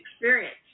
experience